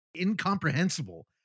incomprehensible